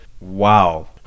Wow